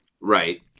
right